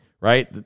right